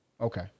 Okay